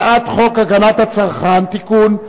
הצעת חוק הגנת הצרכן (תיקון,